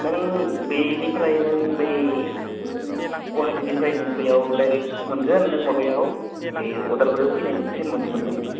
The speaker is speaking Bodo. नों बेनिफ्राय नों बै गुवाहाटिनिफ्राय नों बेयाव डाइरेक्ट मोनगोन नों माबायाव बे उदालगुरियाव फैनाय ट्रेन मोनसे मोनगोन नोङो